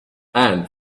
and